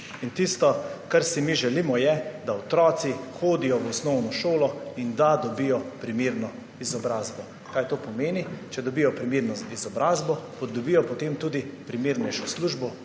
Tisto, kar si mi želimo, je, da otroci hodijo v osnovno šolo in da dobijo primerno izobrazbo. Kaj to pomeni? Če dobijo primerno izobrazbo, dobijo potem tudi primernejšo službo,